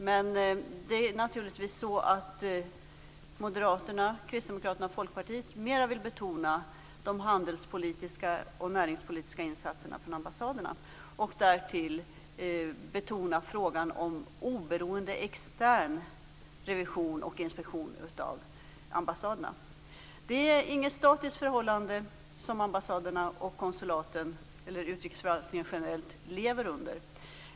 Men det är naturligtvis så att Moderaterna, Kristdemokraterna och Folkpartiet mer vill betona de handelspolitiska och näringspolitiska insatserna från ambassaderna och därtill betona frågan om oberoende extern revision och inspektion av ambassaderna. Det är inget statiskt förhållande som ambassaderna och konsulaten eller utrikesförvaltningen generellt lever under.